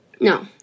No